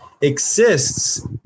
exists